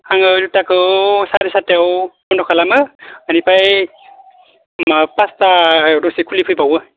आङो दखानखौ सारि सातथायाव बन्द' खालामो बेनिफ्राय माबा पासथायाव दसे खुलि फैबावो